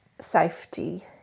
safety